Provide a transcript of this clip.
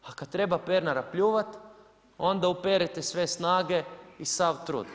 A kad treba Pernara pljuvati, onda uperite sve snage i sav trud.